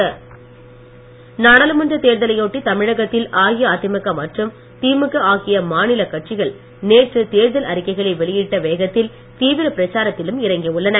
திமுக அஇஅதிமுக நாடாளுமன்ற தேர்தலையொட்டி தமிழகத்தில் அஇஅதிமுக மற்றும் திமுக ஆகிய மாநில கட்சிகள் நேற்று தேர்தல் அறிக்கைகளை வெளியிட்ட வேகத்தில் தீவிர பிரச்சாரத்திலும் இறங்கியுள்ளன